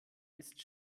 ist